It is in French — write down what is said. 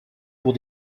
pour